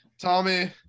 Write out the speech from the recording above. Tommy